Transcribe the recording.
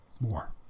more